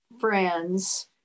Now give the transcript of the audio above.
friends